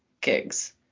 gigs